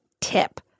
tip